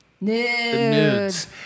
nudes